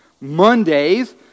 Mondays